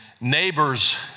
neighbors